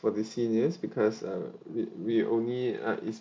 for the seniors because uh we we only uh is